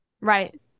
Right